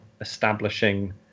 establishing